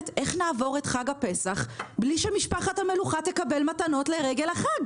איך נעבור את חג הפסח בלי שמשפחת המלוכה תקבל מתנות לרגל החג?